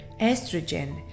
estrogen